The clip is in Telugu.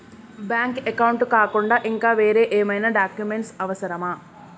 బ్యాంక్ అకౌంట్ కాకుండా ఇంకా వేరే ఏమైనా డాక్యుమెంట్స్ అవసరమా?